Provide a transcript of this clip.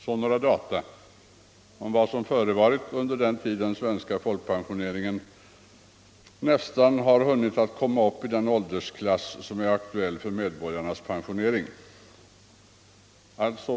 Så några data om vad som har förevarit under den tid den svenska folkpensioneringen nästan har hunnit komma upp i den åldersklass som är aktuell för medborgarnas pensionering.